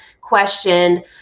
question